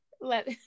let